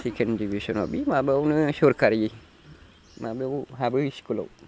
second डिभिसनाव बि माबायावनो सरखारि माबायाव हाबो स्कुलाव